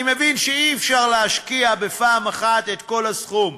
אני מבין שאי-אפשר להשקיע בפעם אחת את כל הסכום,